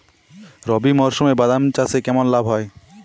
রবি মরশুমে বাদাম চাষে কেমন লাভ হয়?